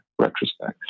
Retrospect